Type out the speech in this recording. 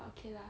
but okay lah